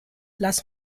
lass